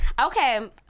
Okay